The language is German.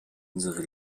unsere